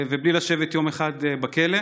ובלי לשבת יום אחד בכלא.